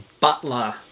butler